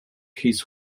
his